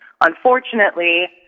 unfortunately